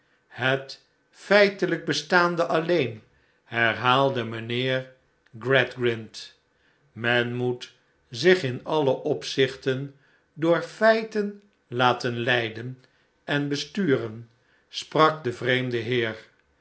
het feitelijk bestaande alleen herhaalde mijnheer gradgrind men moet zich in alle opzichten door feiten laten leiden en besturen sprak de vreemde heer